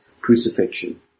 Crucifixion